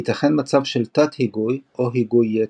ייתכן מצב של תת-היגוי או היגוי יתר.